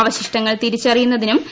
അവശിഷ്ടങ്ങൾ തിരിച്ചറിയുന്നതിനും ഡി